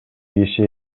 киши